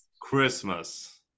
Christmas